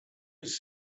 was